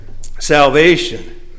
salvation